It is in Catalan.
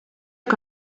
que